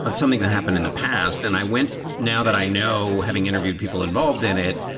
but something that happened in the past and i went now that i know having interviewed people involved in it,